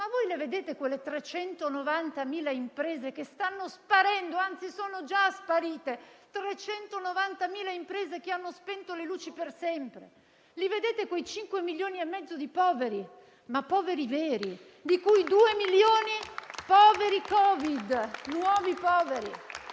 Ma voi le vedete quelle 390.000 imprese che stanno sparendo, che, anzi, sono già sparite? Quelle 390.000 imprese che hanno spento le luci per sempre? Li vedete quei 5 milioni e mezzo di poveri, ma poveri veri, di cui 2 milioni poveri da Covid-19?